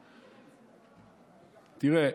תראה,